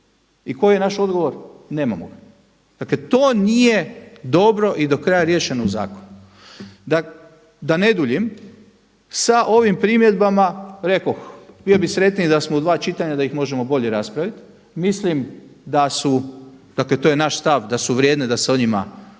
I koji je naš odgovor? Nemamo ga. Dakle to nije dobro i do kraja riješeno u zakonu. Da ne duljim sa ovim primjedbama rekoh bio bih sretniji da smo u dva čitanja da ih možemo bolje raspraviti. Mislim dakle to je naš stav da su vrijedne da se o njima